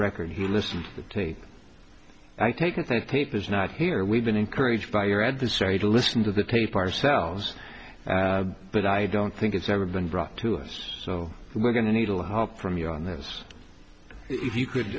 record he listened to i take it the tape is not here we've been encouraged by your adversary to listen to the tape ourselves but i don't think it's ever been brought to us so we're going to needle hop from you on this if you could